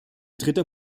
dritter